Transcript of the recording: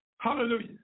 Hallelujah